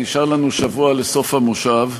נשאר לנו שבוע לסוף המושב.